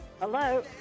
Hello